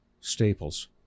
staples